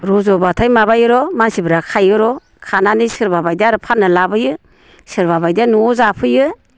रजबाथाय माबायोर' मानसिफोरा खायोर' खानानै सोरबा बायदिया आरो फाननानै लाबोयो सोरबा बायदिया न'आव जाफैयो